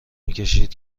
میکشد